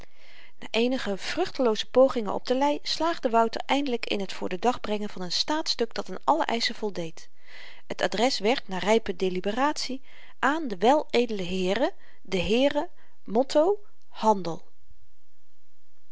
na eenige vruchtelooze pogingen op de lei slaagde wouter eindelyk in t voor den dag brengen van n staatstuk dat aan alle eischen voldeed t adres werd na rype deliberatie aan de weledele heeren den heeren motto handel